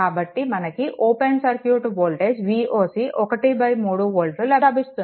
కాబట్టి మనకు open circuit voltage Voc 13 వోల్ట్లు లభిస్తుంది